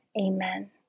Amen